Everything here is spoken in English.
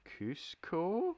Cusco